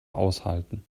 aushalten